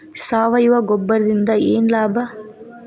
ಸಾವಯವ ಗೊಬ್ಬರದಿಂದ ಏನ್ ಲಾಭ?